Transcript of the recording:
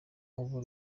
ubu